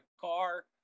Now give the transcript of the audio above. car